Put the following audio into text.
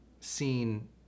seen